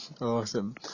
awesome